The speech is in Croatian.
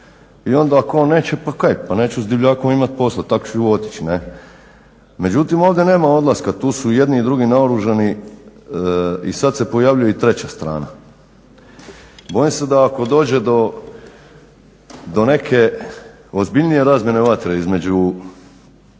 I onda ako on neće pa kaj pa neću s divljakom imati posla, i tako ću otići ne'. Međutim ovdje nema odlaska, tu su i jedni i drugi naoružani i sad se pojavljuje i treća strana. Bojim se da ako dođe do neke ozbiljnije razmjene vatre između